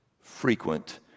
frequent